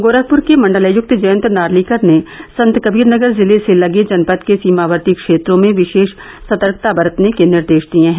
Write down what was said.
गोरखपुर के मंडलायक्त जयंत नार्लिकर ने संतकबीरनगर जिले से लगे जनपद के सीमावर्ती क्षेत्रों में विशेष सतर्कता बरतने के निर्देश दिए हैं